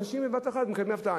אנשים בבת-אחת מקבלים הפתעה.